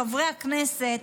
חברי הכנסת,